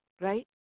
right